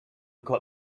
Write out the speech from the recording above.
caught